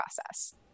process